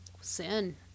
Sin